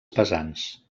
pesants